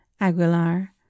aguilar